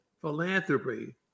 philanthropy